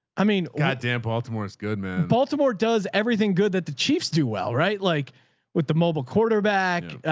i mean, god damn baltimore is good, man. baltimore does everything good that the chiefs do well, right? like with the mobile quarterback,